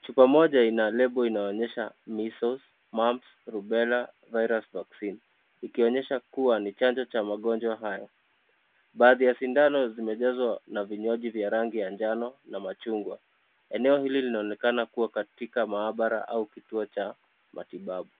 Chupa moja ina label[cs ]inaonyesha measles , mumps , rubella virus vaccine . Ikionyesha kuwa ni chanjo cha magonjwa hayo, baadhi ya sindano zimejazwa na vinywaji vya rangi ya njano na machugwa, eneo hili linaonekana kuwa katika maabara au kituo cha matibabu.